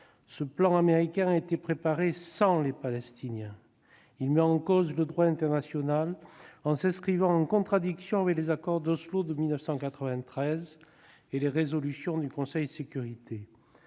Ce plan américain a été préparé sans les Palestiniens. Il met en cause le droit international en s'inscrivant en contradiction avec les accords d'Oslo de 1993 et les résolutions du Conseil de sécurité.